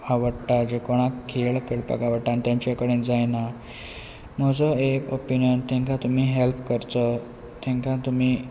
आवडटा जे कोणाक खेळ खेळपाक आवडटा आनी तांचे कडेन जायना म्हजो एक ओपिनियन तांकां तुमी हेल्प करचो तांकां तुमी